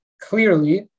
clearly